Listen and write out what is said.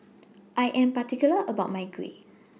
I Am particular about My Kuih